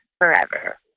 forever